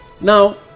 Now